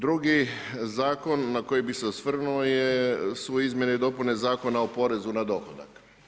Drugi zakon na koji bih se osvrnuo su izmjene i dopuna Zakona o porezu na dohodak.